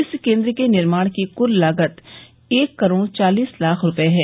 इस केन्द्र के निर्माण की कुल लागत एक करोड़ चालीस लाख रूपये है